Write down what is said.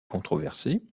controversée